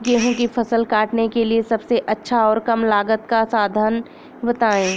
गेहूँ की फसल काटने के लिए सबसे अच्छा और कम लागत का साधन बताएं?